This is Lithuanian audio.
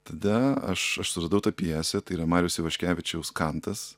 tada aš aš suradau tą pjesę tai yra mariaus ivaškevičiaus kantas